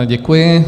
Děkuji.